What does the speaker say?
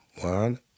One